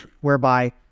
whereby